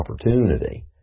opportunity